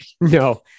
No